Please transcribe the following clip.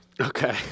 Okay